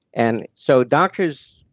and so doctors,